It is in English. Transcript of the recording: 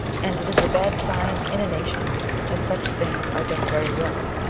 and it is a bad sign in a nation when such things are done very well,